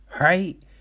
right